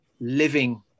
living